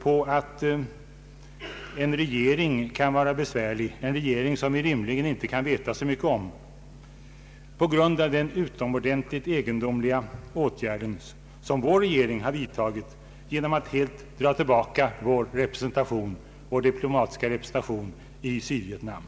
på att en regering kan vara besvärlig — en regering som vi rimligen inte kan veta så mycket om — utan på den utomor dentligt egendomliga åtgärd som vår regering har vidtagit genom att helt dra tillbaka vår diplomatiska representation i Sydvietnam.